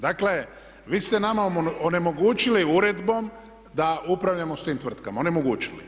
Dakle vi ste nama onemogućili uredbom da upravljamo s tim tvrtkama, onemogućili.